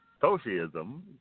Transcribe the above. socialism